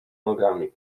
nogami